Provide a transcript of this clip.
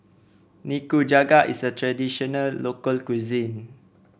nikujaga is a traditional local cuisine